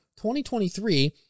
2023